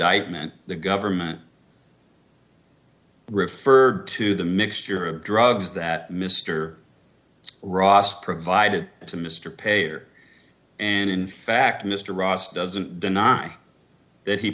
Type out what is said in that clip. tment the government referred to the mixture of drugs that mr ross provided to mr payer and in fact mr ross doesn't deny that he